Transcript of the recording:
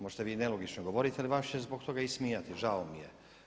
Možete vi i nelogično govoriti ali vas će zbog toga ismijati, žao mi je.